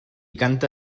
canta